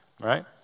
right